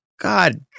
God